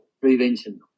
prevention